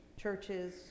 churches